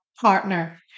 partner